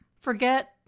Forget